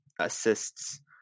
assists